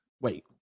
Wait